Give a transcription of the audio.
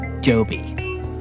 Joby